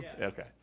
okay